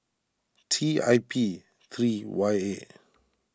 T I P three Y A